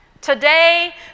Today